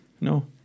No